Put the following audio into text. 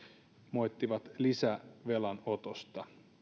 moittivat lisävelan otosta